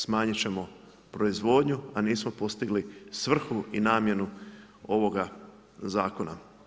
Smanjiti ćemo proizvodnju, a nismo postigli svrhu i namjenu ovoga zakona.